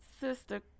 Sister